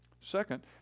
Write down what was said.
Second